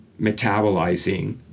metabolizing